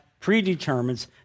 predetermines